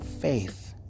faith